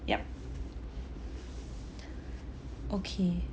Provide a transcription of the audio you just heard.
yup okay